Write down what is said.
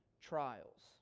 trials